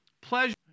Pleasure